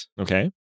Okay